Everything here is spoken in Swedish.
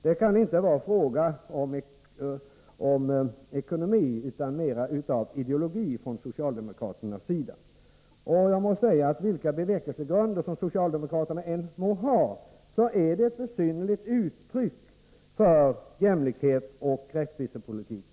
Det kan inte vara fråga om ekonomi utan mer om ideologi från socialdemokraternas sida. Vilka bevekelsegrunder socialdemokraterna än må ha måste jag säga att detta är ett besynnerligt uttryck för jämlikhetsoch rättvisepolitik.